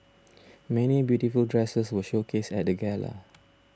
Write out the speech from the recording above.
many beautiful dresses were showcased at the gala